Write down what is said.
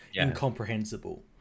incomprehensible